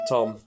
Tom